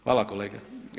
Hvala kolega.